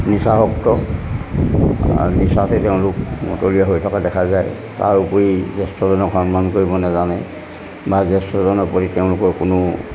নিচাভক্ত আৰু নিচাতে তেওঁলোক মতলীয়া হৈ থকা দেখা যায় তাৰ উপৰি জ্যেষ্ঠজনক সন্মান কৰিব নাজানে বা জ্যেষ্ঠজনৰ প্ৰতি তেওঁলোকৰ কোনো